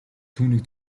түүнийг